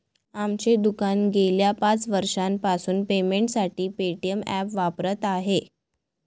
आमचे दुकान गेल्या पाच वर्षांपासून पेमेंटसाठी पेटीएम ॲप वापरत आहे